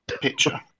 picture